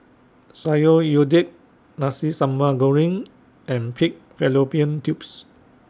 Sayur Lodeh Nasi Sambal Goreng and Pig Fallopian Tubes